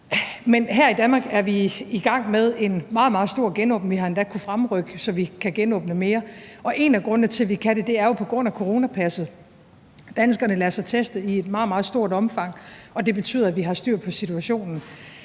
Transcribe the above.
Men her i Danmark er vi i gang med en meget, meget stor genåbning, og vi har endda kunnet fremrykke det, så vi kan genåbne mere, og en af grundene til, at vi kan det, er coronapasset. Danskerne lader sig teste i et meget, meget stort omfang, og det betyder, at vi har styr på situationen.